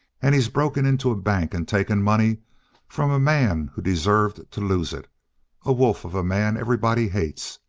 and he's broken into a bank and taken money from a man who deserved to lose it a wolf of a man everybody hates.